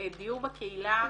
דיור בקהילה,